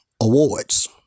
awards